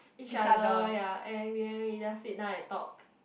each other ya and then we just sit down and talk